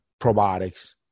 probiotics